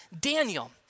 Daniel